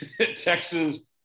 Texas